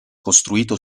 costruito